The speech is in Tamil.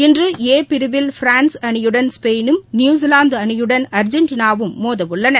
இன்று ஏ பிரிவில் பிரான்ஸ் அணியுடன் ஸ்பெயினும் நியுசிவாந்து அணியுடன் அர்ஜெண்டினாவும் மோத உள்ளன